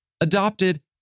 adopted